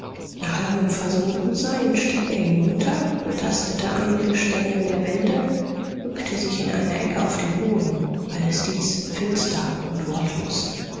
nach langem versunkensein stieg er hinunter betastete einige stellen der wände bückte sich in einer ecke auf den boden alles dies finster und wortlos